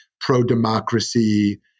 pro-democracy